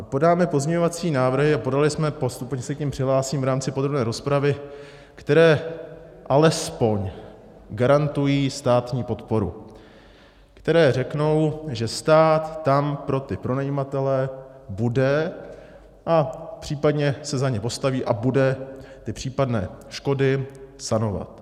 Podáme pozměňovací návrhy, a podali jsme, postupně se k nim přihlásím v rámci podrobné rozpravy, které alespoň garantují státní podporu, které řeknou, že stát tam pro ty pronajímatele bude a případně se za ně postaví a bude ty případné škody sanovat.